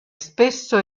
spesso